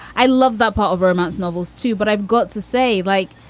i love that part of romance novels, too. but i've got to say, like,